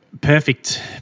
perfect